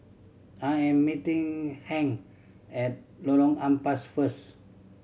I am meeting Hank at Lorong Ampas first